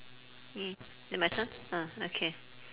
mm is it my turn uh okay